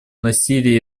насилии